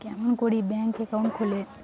কেমন করি bank account খুলে?